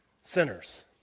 Sinners